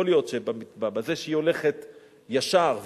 יכול להיות שבדרך, כשהיא הולכת ישר,